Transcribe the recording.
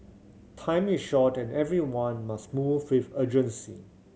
time is short and everyone must move with urgency